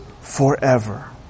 forever